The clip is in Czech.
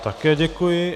Také děkuji.